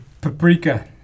Paprika